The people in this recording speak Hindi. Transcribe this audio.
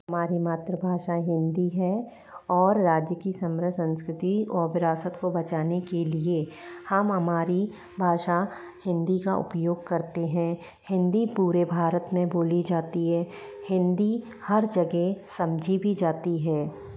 हमारी मातृभाषा हिंदी है और राज्य की सम्म्र संस्कृति और विरासत को बचाने के लिए हम हमारी भाषा हिंदी का उपयोग करते हैं हिंदी पूरे भारत में बोली जाती है हिंदी हर जगह समझी भी जाती है